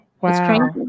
Wow